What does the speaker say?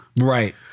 Right